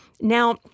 Now